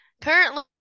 Currently